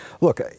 look